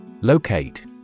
Locate